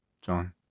John